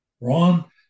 Ron